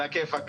על הכיפאק.